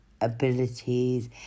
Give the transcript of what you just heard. abilities